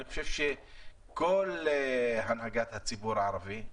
אני חושב שכל הנהגת הציבור הערבי,